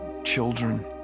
Children